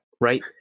right